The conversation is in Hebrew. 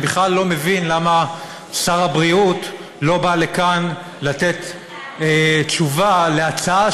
אני בכלל לא מבין למה שר הבריאות לא בא לכאן לתת תשובה על ההצעה,